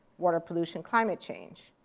water pollution, climate change.